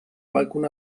qualcun